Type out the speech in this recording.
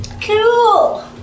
Cool